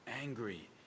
angry